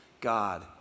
God